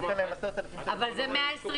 נותן להם 10,000 --- אבל את ה-120,000